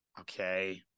Okay